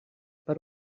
per